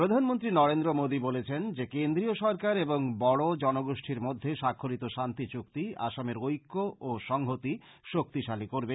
প্রধানমন্ত্রী নরেন্দ্র মোদী বলেছেন যে কেন্দ্রীয় সরকার এবং বড়ো জনগোষ্ঠীর মধ্যে সাক্ষরিত শান্তি চুক্তি আসামের ঐকা ও সংহতি শক্তিশালী করবে